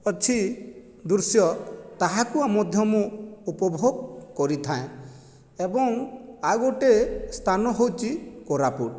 ଅଛି ଦୃଶ୍ୟ ତାହାକୁ ମଧ୍ୟ ମୁଁ ଉପଭୋଗ କରିଥାଏଏବଂ ଆଉ ଗୋଟିଏ ସ୍ଥାନ ହେଉଛି କୋରାପୁଟ